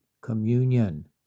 communion